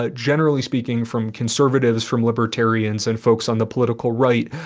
ah generally speaking, from conservatives, from libertarians and folks on the political right,